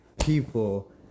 people